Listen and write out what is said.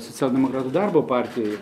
socialdemokratų darbo partijai